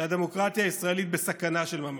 שהדמוקרטיה הישראלית בסכנה של ממש,